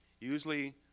usually